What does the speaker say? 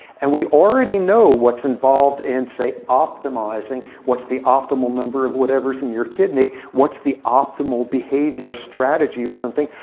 and we already know what's involved in, say, optimizing. what's the optimal number of whatevers in your kidney. what's the optimal behavior strategy or something.